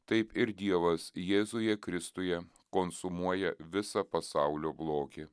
taip ir dievas jėzuje kristuje konsumuoja visą pasaulio blogį